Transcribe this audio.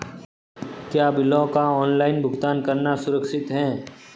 क्या बिलों का ऑनलाइन भुगतान करना सुरक्षित है?